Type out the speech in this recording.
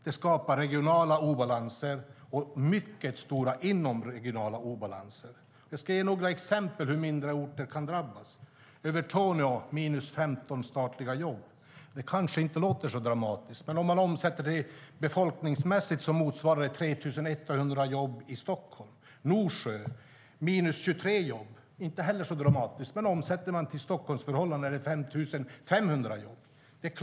Det skapar regionala obalanser och mycket stora inomregionala obalanser. Jag ska ge några exempel på hur mindre orter kan drabbas. I Övertorneå är det minus 15 statliga jobb. Det kanske inte låter så dramatiskt, men om man omsätter det befolkningsmässigt motsvarar det 3 100 jobb i Stockholm. I Norsjö är det minus 23 jobb. Det är inte heller så dramatiskt, men om man omsätter det till Stockholmsförhållanden är det 5 500 jobb.